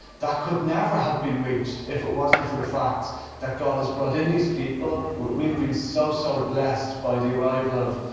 could never have been reached if it wasn't for the fact that god has brought in these people, we have been so so blessed, by the arrival of